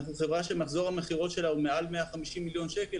אנחנו חברה שמחזור המכירות שלה הוא מעל 150 מיליון שקל,